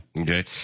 Okay